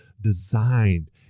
designed